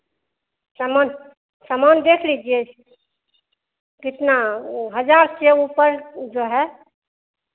सामान सामान देख लीजिए कितना हज़ार से ऊपर जो है